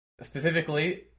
Specifically